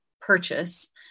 purchase